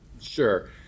Sure